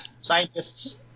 Scientists